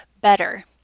better